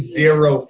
zero